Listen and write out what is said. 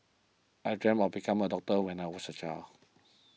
I dreamt of become a doctor when I was a child